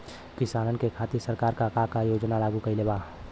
किसानन के खातिर सरकार का का योजना लागू कईले बा?